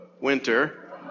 winter